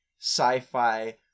sci-fi